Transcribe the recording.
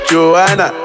Joanna